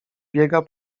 biega